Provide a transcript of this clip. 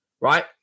right